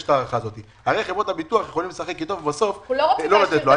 הרי חברות הביטוח יכולות לשחק אתו ובסוף לא לתת לו.